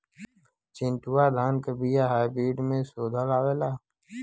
चिन्टूवा धान क बिया हाइब्रिड में शोधल आवेला?